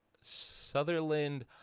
Sutherland